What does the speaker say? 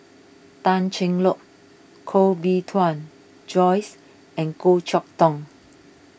Tan Cheng Lock Koh Bee Tuan Joyce and Goh Chok Tong